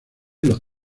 los